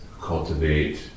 cultivate